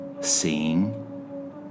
Seeing